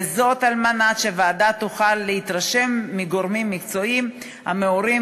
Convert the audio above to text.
וזאת על מנת שהוועדה תוכל להתרשם מגורמים מקצועיים המעורים